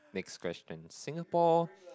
next question Singapore